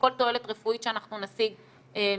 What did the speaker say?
מכל תועלת רפואית שאנחנו נשיג מסגר.